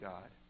God